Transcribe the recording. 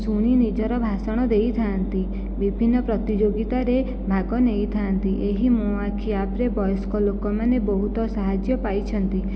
ଶୁଣି ନିଜର ଭାଷଣ ଦେଇଥାନ୍ତି ବିଭିନ୍ନ ପ୍ରତିଯୋଗିତାରେ ଭାଗ ନେଇଥାନ୍ତି ଏହି ମୋ ଆଖି ଆପ୍ରେ ବୟସ୍କ ଲୋକମାନେ ବହୁତ ସାହାଯ୍ୟ ପାଇଛନ୍ତି